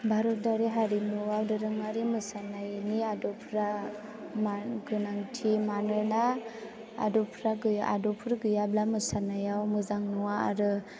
भारतआरि हारिमुआव दोरोङारि मोसानायनि आदबफ्रा मान गोनांथि मानोना आदबफ्रा गैया आदबफोर गैयाब्ला मोसानायाव मोजां नुआ आरो